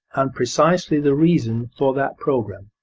and precisely the reason for that programme?